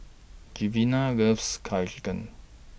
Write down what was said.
Giovanna loves Curry Chicken